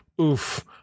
oof